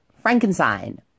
Frankenstein